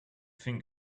think